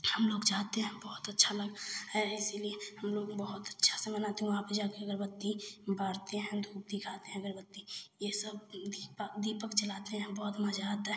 हम लोग जाते हैं बहुत अच्छा लग है इसलिए हम लोग बहुत अच्छा से मनाते हैं वहाँ पर जा कर अगरबत्ती बारते हैं धूप दिखाते हैं अगरबत्ती ये सब दी दीपक जलाते हैं बहुत मज़ा आता है